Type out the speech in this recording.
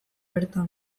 bertan